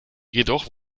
jedoch